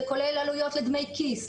זה כולל עלויות לדמי כיס,